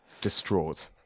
distraught